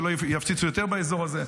שלא יפציצו יותר באזור הזה.